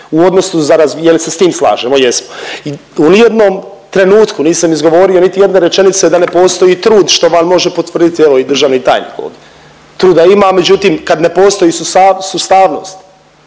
u odnosu na je li se s tim slažemo? Jesmo. U nijednom trenutku nisam izgovorio niti jedne rečenice da ne postoji trud što vam može potvrditi evo i državni tajnik ovdje. Truda ima, međutim, kad ne postoji sustavnost